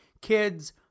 kids